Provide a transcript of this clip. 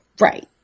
Right